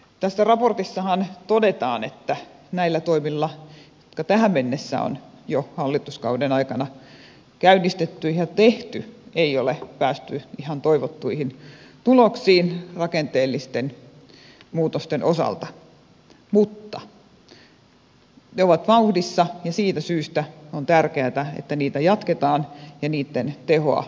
tässä raportissahan todetaan että näillä toimilla jotka tähän mennessä on jo hallituskauden aikana käynnistetty ja tehty ei ole päästy ihan toivottuihin tuloksiin rakenteellisten muutosten osalta mutta ne ovat vauhdissa ja siitä syystä on tärkeätä että niitä jatketaan ja niitten tehoa vahvistetaan